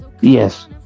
Yes